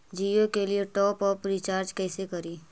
जियो के लिए top up recharge कैसे करी?